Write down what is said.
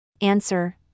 Answer